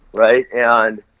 right? and,